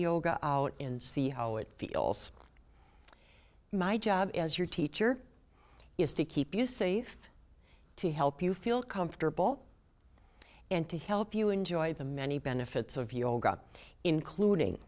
yoga out and see how it feels like my job as your teacher is to keep you safe to help you feel comfortable and to help you enjoy the many benefits of yoga including